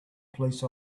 police